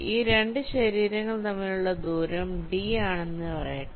ഈ രണ്ട് ശരീരങ്ങൾ തമ്മിലുള്ള ദൂരം d ആണെന്ന് പറയട്ടെ